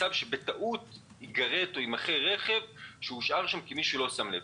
מצב שבטעות ייגרט או יימכר רכב שהושאר שם כי מישהו לא שם לב,